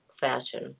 fashion